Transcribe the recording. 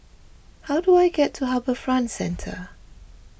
how do I get to HarbourFront Centre